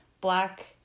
black